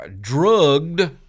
drugged